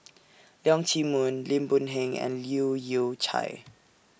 Leong Chee Mun Lim Boon Heng and Leu Yew Chye